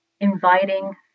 inviting